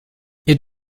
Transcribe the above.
ihr